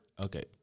Okay